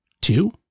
two